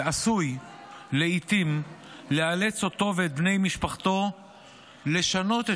ועשוי לעיתים לאלץ אותו ואת בני משפחתו לשנות את